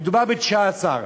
מדובר ב-19.